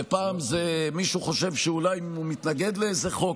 ופעם מישהו חושב שאם הוא מתנגד לאיזה חוק,